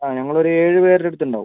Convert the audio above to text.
ആ ഞങ്ങളൊരു ഏഴ് പേരുടെ അടുത്തുണ്ടാവും